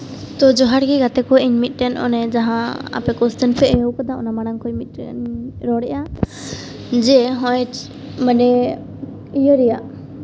ᱛᱚ ᱡᱚᱦᱟᱨ ᱜᱮ ᱜᱟᱛᱮ ᱠᱚ ᱤᱧ ᱢᱤᱫᱴᱮᱱ ᱚᱱᱮ ᱡᱟᱦᱟᱸ ᱟᱯᱮ ᱠᱚᱥᱪᱟᱱ ᱯᱮ ᱟᱹᱜᱩ ᱠᱟᱫᱟ ᱚᱱᱟ ᱢᱟᱲᱟᱝ ᱠᱷᱚᱡ ᱢᱤᱫᱴᱮᱡ ᱨᱚᱲᱮᱜᱼᱟ ᱡᱮ ᱱᱚᱜᱼᱚᱸᱭ ᱢᱟᱱᱮ ᱤᱭᱟᱹ ᱨᱮᱭᱟᱜ